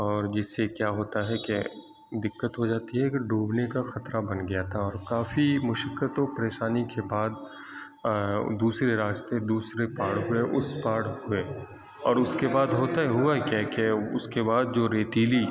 اور جس سے کیا ہوتا ہے کہ دقت ہو جاتی ہے اگر ڈوبنے کا خطرہ بن گیا تھا اور کافی مشقت و پریشانی کے بعد دوسرے راستے دوسرے پار ہوئے پہ اس پار ہوئے اور اس کے بعد ہوتے ہوئے کیا کہ اس کے بعد جو ریتیلی